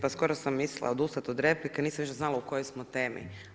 Pa skoro sam mislila odustati od replike, nisam više znala u kojoj smo temi.